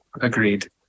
Agreed